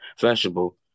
vegetable